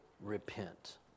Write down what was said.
repent